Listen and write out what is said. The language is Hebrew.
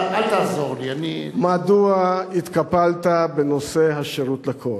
מדוע התקפלת בנושא השירות לכול?